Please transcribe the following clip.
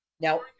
Now